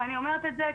אני אומרת את זה,